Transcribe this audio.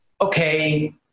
okay